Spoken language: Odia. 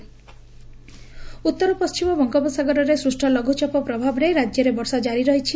ପାଣିପାଗ ଉତ୍ତର ପଣ୍ଟିମ ବଙ୍ଗୋପସାଗରରେ ସୃଷ୍ ଲଘୁଚାପ ପ୍ରଭାବରେ ରାକ୍ୟରେ ବର୍ଷା କାରି ରହିଛି